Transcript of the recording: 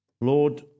Lord